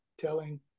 telling